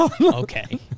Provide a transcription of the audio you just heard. okay